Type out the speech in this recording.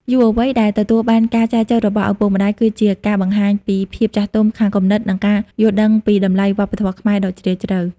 យុវវ័យដែលទទួលយកការចែចូវរបស់ឪពុកម្ដាយ គឺជាការបង្ហាញពី "ភាពចាស់ទុំខាងគំនិត" និងការយល់ដឹងពីតម្លៃវប្បធម៌ខ្មែរដ៏ជ្រាលជ្រៅ។